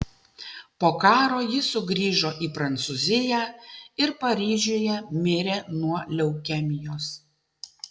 po karo ji sugrįžo į prancūziją ir paryžiuje mirė nuo leukemijos